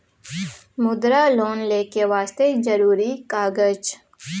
मुद्रा लोन लेके वास्ते जरुरी कागज?